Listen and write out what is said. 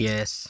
Yes